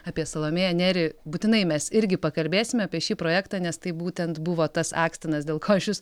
apie salomėją nėrį būtinai mes irgi pakalbėsime apie šį projektą nes tai būtent buvo tas akstinas dėl ko aš jus